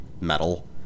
metal